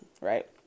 Right